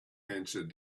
answered